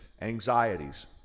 anxieties